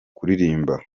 kuririmba